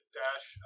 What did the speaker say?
dash